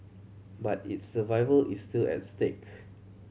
but its survival is still at stake